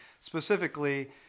Specifically